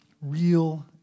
real